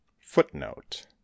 Footnote